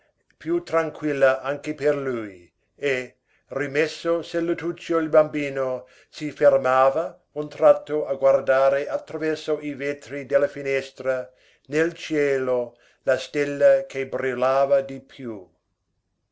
più tranquilla anche per lui e rimesso sul lettuccio il bambino si fermava un tratto a guardare attraverso i vetri della finestra nel cielo la stella che brillava di più